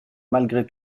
malgré